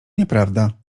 nieprawda